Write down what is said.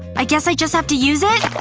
i guess i just have to use it?